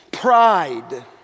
Pride